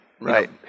right